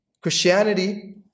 Christianity